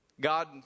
God